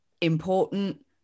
important